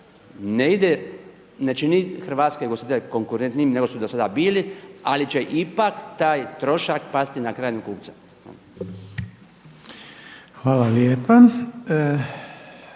ne ide, ne čini hrvatske ugostitelje konkurentnijim nego što su do sada bili ali će ipak taj trošak pasti na krajnjeg kupca. **Reiner,